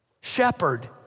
shepherd